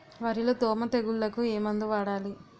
వరిలో దోమ తెగులుకు ఏమందు వాడాలి?